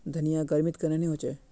धनिया गर्मित कन्हे ने होचे?